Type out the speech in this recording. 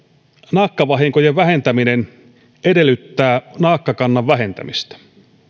naakkavahinkojen vähentäminen edellyttää naakkakannan vähentämistä